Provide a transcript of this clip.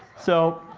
so